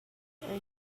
are